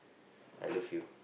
I love you